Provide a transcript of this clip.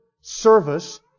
service